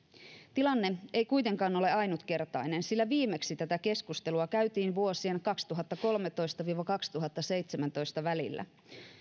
tilanne ei kuitenkaan ole ainutkertainen sillä viimeksi tätä keskustelua käytiin vuosien kaksituhattakolmetoista viiva kaksituhattaseitsemäntoista välillä